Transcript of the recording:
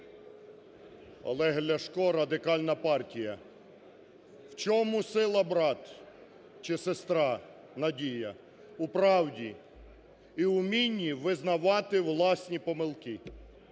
Олег Ляшко, Радикальна партія. В чому сила, брат…чи сестра Надія? У правді! І в умінні визнавати власні помилки.